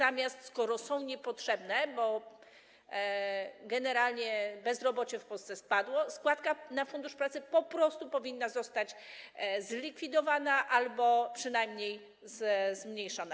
A skoro jest niepotrzebna, bo generalnie bezrobocie w Polsce spadło, składka na Fundusz Pracy po prostu powinna zostać zlikwidowana albo przynajmniej zmniejszona.